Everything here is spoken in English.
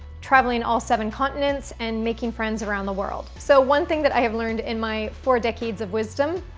traveling all seven continents and making friends around the world. so one thing that i have learned in my four decades of wisdom,